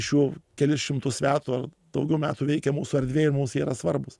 šių kelis šimtus metų daugiau metų veikia mūsų erdvėj ir mums jie yra svarbūs